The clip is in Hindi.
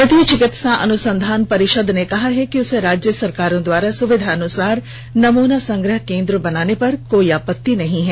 भारतीय चिकित्सा अनुसंधान परिषद ने कहा है कि उसे राज्य सरकारों द्वारा सुविधानुसार नमूना संग्रह केंद्र बनाने पर कोई आपत्ति नहीं है